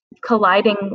colliding